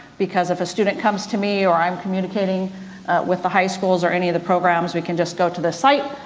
because if a student comes to me or i'm communicating with the high schools or any of the programs we can just go to the site,